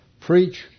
preach